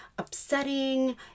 upsetting